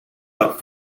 out